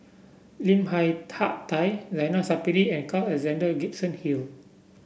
Lim Hak Tai Zainal Sapari and Carl Alexander Gibson Hill